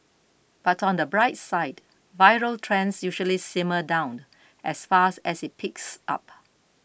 but on the bright side viral trends usually simmer down as fast as it peaks up